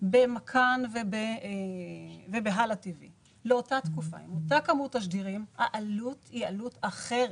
במכאן ובהלא טי.וי לאותה תקופה עם אותה כמות תשדירים העלות היא אחרת.